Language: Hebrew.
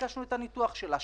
ביקשנו את הניתוח שלה,